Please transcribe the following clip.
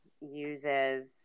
uses